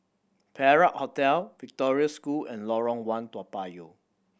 Perak Hotel Victoria School and Lorong One Toa Payoh